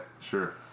Sure